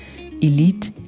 elite